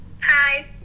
Hi